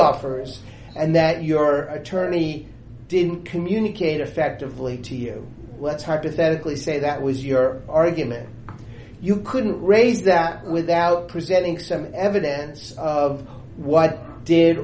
offer and that your attorney didn't communicate effectively to you let's hypothetically say that was your argument you couldn't raise that without presenting some evidence of what did